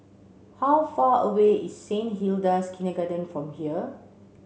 how far away is Saint Hilda's Kindergarten from here